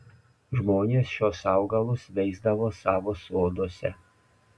žmonės šiuos augalus veisdavo savo soduose